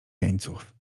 jeńców